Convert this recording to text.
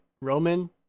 Roman